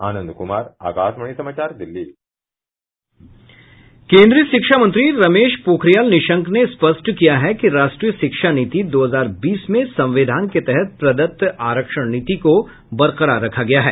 आनंद कुमार आकाशवाणी समाचार दिल्ली केन्द्रीय शिक्षा मंत्री रमेश पोखरियाल निशंक ने स्पष्ट किया है कि राष्ट्रीय शिक्षा नीति दो हजार बीस में संविधान के तहत प्रदत्त आरक्षण नीति को बरकरार रखा गया है